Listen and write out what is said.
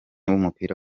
w’umupira